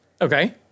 Okay